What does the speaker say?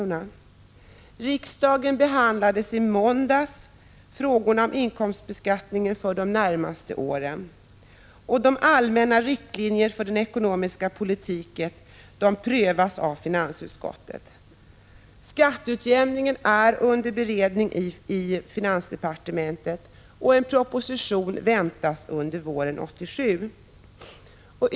Riksdagen behandlade i måndags frågor om inkomstbeskattningen för de närmaste åren. När det gäller de allmänna riktlinjerna för den ekonomiska politiken sker en prövning i finansutskottet. Frågan om skatteutjämningen är redan under omprövning i finansdepartementet. En proposition väntas under våren 1987.